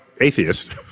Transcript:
atheist